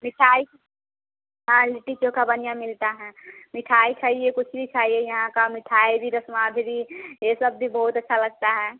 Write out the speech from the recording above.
मिठाई हाँ लिट्टी चोखा बढ़िया मिलता हैं मिठाई खाइए कुछ भी खाइए यहाँ का मिठाई भी रस्माभिरी यह सब भी बहुत अच्छा लगता है